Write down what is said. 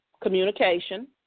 communication